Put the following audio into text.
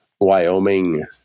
Wyoming